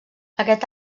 aquest